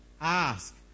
Ask